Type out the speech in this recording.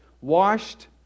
washed